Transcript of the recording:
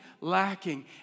lacking